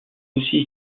aussi